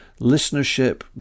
listenership